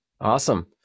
Awesome